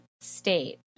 state